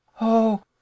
Oh